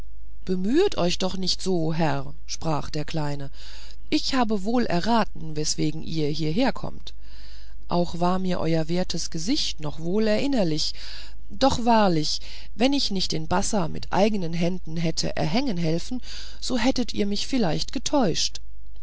bemühet euch doch nicht so herr sprach der kleine ich habe wohl erraten weswegen ihr hieher kommt auch war mir euer wertes gesicht noch wohl erinnerlich doch wahrlich wenn ich nicht den bassa mit eigener hand hätte erhängen helfen so hättet ihr mich vielleicht getäuscht